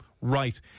right